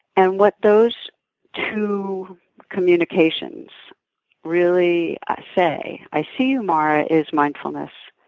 and what those two communications really say i see you, mara, is mindfulness.